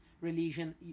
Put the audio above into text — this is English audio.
religion